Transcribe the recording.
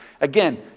again